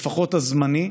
לפחות הזמני,